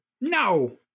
No